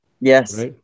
Yes